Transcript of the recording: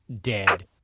dead